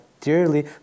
dearly